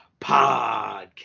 Podcast